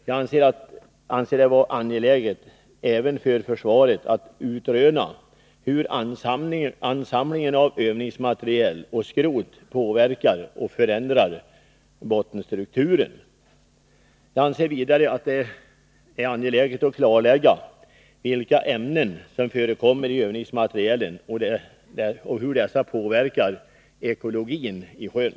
Jag anser det vara angeläget även för försvaret att utröna hur ansamlingen av övningsmateriel och skrot påverkar och förändrar bottenstrukturen. Jag anser vidare att det är angeläget att klarlägga vilka ämnen som förekommer i övningsmaterielen och hur dessa påverkar ekologin i sjön.